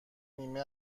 نیمه